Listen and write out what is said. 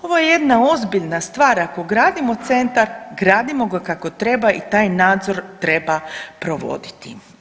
Ovo je jedna ozbiljna stvar, ako gradimo centar gradimo ga kako treba i taj nadzor treba provoditi.